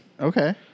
Okay